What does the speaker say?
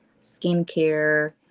skincare